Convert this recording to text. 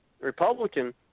Republican